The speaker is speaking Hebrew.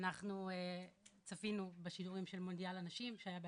אנחנו צפינו בשידורים של מונדיאל הנשים שהיה ב-2019.